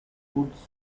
hoods